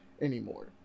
anymore